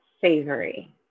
Savory